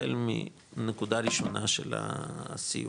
החל מנקודה ראשונה של הסיוע.